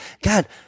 god